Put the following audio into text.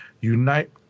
unite